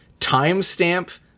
timestamp